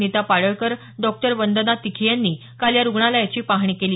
Nita Padalkar doctor Vandana Tikhe यांनी या रुग्णालयाची काल पाहणी केली